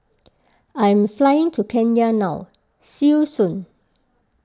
I am flying to Kenya now see you soon